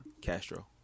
Castro